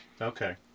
Okay